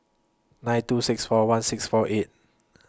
nine two six four one six four eight